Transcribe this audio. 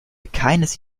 keines